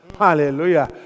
Hallelujah